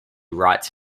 rights